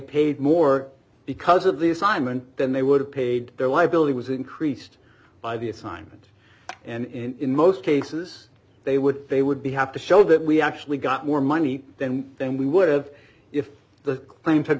paid more because of the assignment than they would have paid their liability was increased by the assignment and in most cases they would they would be have to show that we actually got more money then then we would have if the claim had